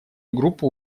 группу